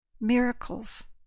miracles